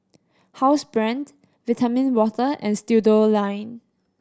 Housebrand Vitamin Water and Studioline